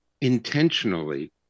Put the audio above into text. intentionally